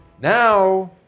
Now